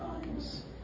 times